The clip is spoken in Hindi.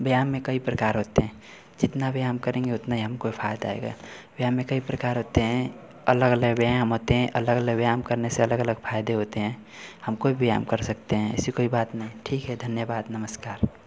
व्यायाम में कई प्रकार होते हैं जितना व्यायाम करेंगे उतना ही हमको फायदा हेगा व्यायाम में कई प्रकार होते हैं अलग अलग व्यायाम होते हैं अलग अलग व्यायाम करने से अलग अलग फायदे होते हैं हम कोई भी व्यायाम कर सकते हैं ऐसी कोई बात नहीं ठीक है धन्यवाद नमस्कार